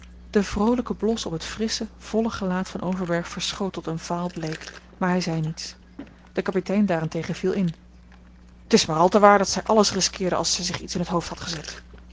de vroolijke blos op het frissche volle gelaat van overberg verschoot tot een vaal bleek maar hij zeide niets de kapitein daarentegen viel in het is maar al te waar dat zij alles risqueerde als zij zich iets in t hoofd had gezet